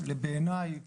בעיניי